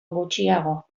gutxiago